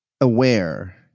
aware